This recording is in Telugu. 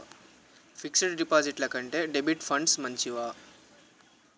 ఫిక్స్ డ్ డిపాజిట్ల కంటే డెబిట్ ఫండ్స్ మంచివా?